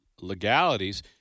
legalities